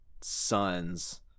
sons